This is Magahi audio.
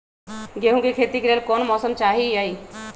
गेंहू के खेती के लेल कोन मौसम चाही अई?